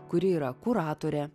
kuri yra kuratorė